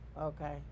Okay